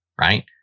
right